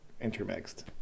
intermixed